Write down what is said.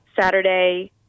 Saturday